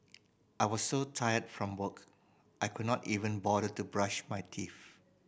I was so tired from work I could not even bother to brush my teeth